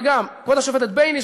אבל גם כבוד השופטת בייניש,